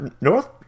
North